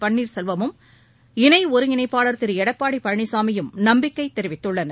பன்னீர்செல்வமும் இணை ஒருங்கிணைப்பாளர் திரு எடப்பாடி பழனிசாமியும் நம்பிக்கை தெரிவித்துள்ளனர்